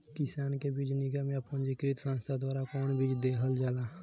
किसानन के बीज निगम या पंजीकृत संस्था द्वारा कवन बीज देहल जाला?